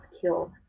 killed